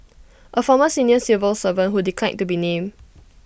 A former senior civil servant who declined to be named